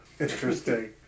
Interesting